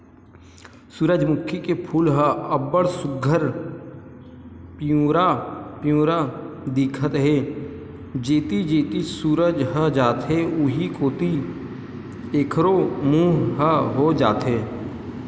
सूरजमूखी के फूल ह अब्ब्ड़ सुग्घर पिंवरा पिंवरा दिखत हे, जेती जेती सूरज ह जाथे उहीं कोती एखरो मूँह ह हो जाथे